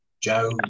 Joe